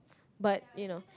but you know